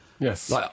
Yes